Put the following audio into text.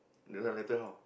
then later how